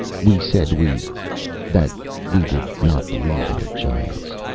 we said we that we did not believe in the giants.